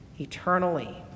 eternally